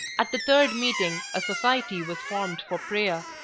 at the third meeting a society was formed for prayer.